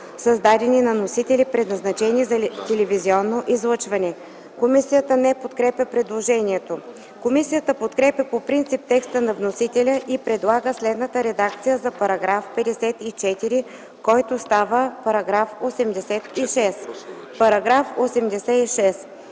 създадени на носители, предназначени за телевизионно излъчване.” Комисията не подкрепя предложението. Комисията подкрепя по принцип текста на вносителя и предлага следната редакция за § 54, който става § 86: „§ 86.